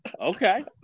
Okay